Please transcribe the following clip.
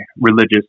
religious